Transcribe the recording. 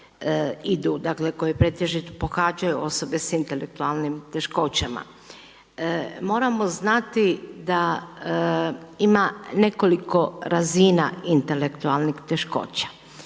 koje pretežito pohađaju osobe sa intelektualnim teškoćama. Moramo znati da ima nekoliko razina intelektualnih teškoća.